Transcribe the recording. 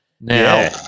Now